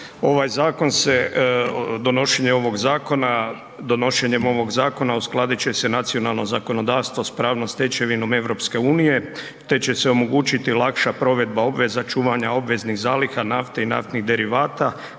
ovog zakona, donošenjem ovog zakona uskladit će se nacionalno zakonodavstvo s pravnom stečevinom EU te će se omogućiti lakša provedba obveza čuvanja obveznih zaliha nafte i naftnih derivata,